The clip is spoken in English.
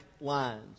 lines